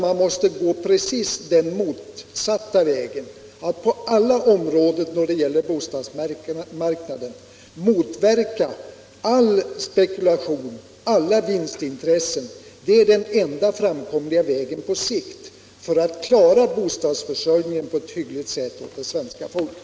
Man måste gå precis den motsatta vägen, att på alla områden då det gäller bostadsmarknaden motverka all spekulation, allt vinstintresse. Det är den enda framkomliga vägen på sikt för att klara bostadsförsörjningen på ett hyggligt sätt för det svenska folket.